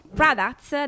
products